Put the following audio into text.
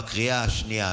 בקריאה השנייה,